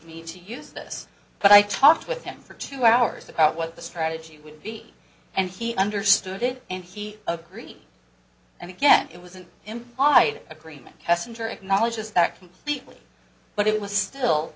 me to use this but i talked with him for two hours that out what the strategy would be and he understood it and he agreed and again it was an implied agreement messenger acknowledges that completely but it was still